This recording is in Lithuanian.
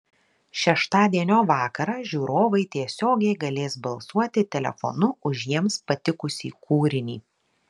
šeštadienio vakarą žiūrovai tiesiogiai galės balsuoti telefonu už jiems patikusį kūrinį